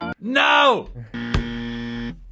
No